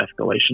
escalation